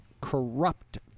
corrupt